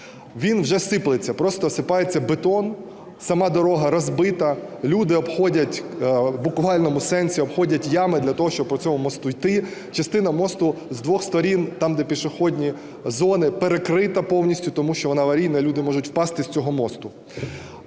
він вже сиплеться, просто осипається бетон, сама дорога розбита. Люди обходять, в буквальному сенсі обходять ями для того, щоб по цьому мосту йти. Частина мосту з двох сторін, там, де пішохідні зони, перекрита повністю, тому що вона аварійна, люди можуть впасти з цього мосту.